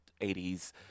80s